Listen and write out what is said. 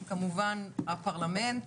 כמובן הפרלמנט,